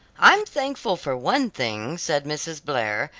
i'm thankful for one thing, said mrs. blair,